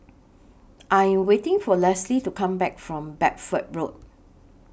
I Am waiting For Lesli to Come Back from Bedford Road